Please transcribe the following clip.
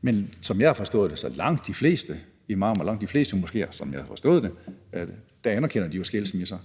Men som jeg har forstået det, anerkender langt de fleste imamer, langt de fleste moskéer jo skilsmisser.